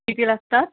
किती लागतात